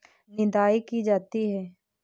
निदाई की जाती है?